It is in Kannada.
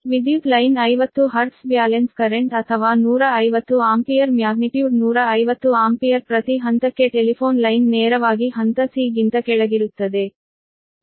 ವಿದ್ಯುತ್ ಲೈನ್ 50 ಹರ್ಟ್ಜ್ ಬ್ಯಾಲೆನ್ಸ್ ಕರೆಂಟ್ ಅಥವಾ 150 ಆಂಪಿಯರ್ ಮ್ಯಾಗ್ನಿಟ್ಯೂಡ್ 150 ಆಂಪಿಯರ್ ಪ್ರತಿ ಹಂತಕ್ಕೆ ಟೆಲಿಫೋನ್ ಲೈನ್ ನೇರವಾಗಿ ಹಂತ c ಗಿಂತ ಕೆಳಗಿರುತ್ತದೆ